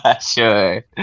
Sure